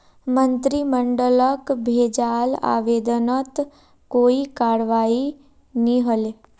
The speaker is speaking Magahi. मंत्रिमंडलक भेजाल आवेदनत कोई करवाई नी हले